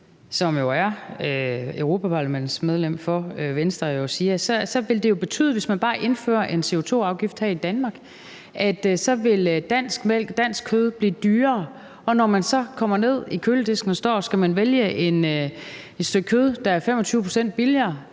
som jo er europaparlamentsmedlem for Venstre, siger, vil det, hvis man bare indfører en CO2-afgift her i Danmark, betyde, at dansk mælk og dansk kød vil blive dyrere, og når man så kommer ned til køledisken og står og skal beslutte sig for, om man skal vælge et stykke kød, der er 25 pct. billigere,